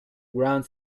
ground